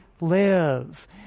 live